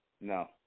No